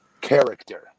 Character